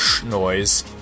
Noise